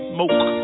Smoke